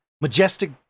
majestic